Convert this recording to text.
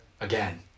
again